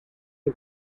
amb